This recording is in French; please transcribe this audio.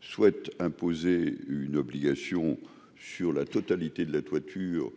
souhaite imposer une obligation sur la totalité de la toiture.